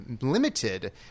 limited